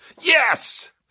Yes